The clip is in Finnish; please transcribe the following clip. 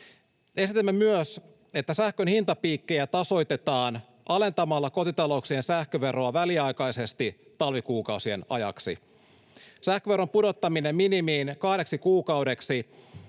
Esitämme myös, että sähkön hintapiikkejä tasoitetaan alentamalla kotitalouksien sähköveroa väliaikaisesti talvikuukausien ajaksi. Sähköveron pudottaminen minimiin kahdeksi kuukaudeksi